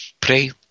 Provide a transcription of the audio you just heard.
Pray